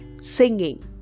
singing